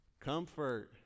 Comfort